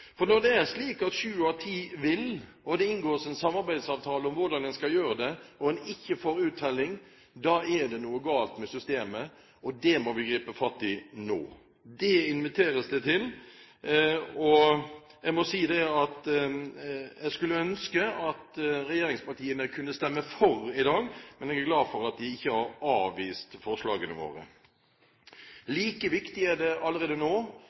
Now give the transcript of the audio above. For når det er slik at sju av ti vil, når det inngås en samarbeidsavtale om hvordan man skal gjøre det, og en ikke får uttelling, da er det noe galt med systemet, og det må vi gripe fatt i nå. Det inviteres det til. Jeg må si at jeg skulle ønske at regjeringspartiene kunne stemme for i dag, men er glad for at de ikke har avvist forslagene våre. Like viktig er det allerede nå